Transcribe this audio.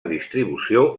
distribució